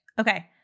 Okay